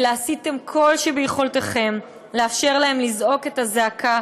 אלא עשיתם כל שביכולתכם לאפשר להם לזעוק את הזעקה,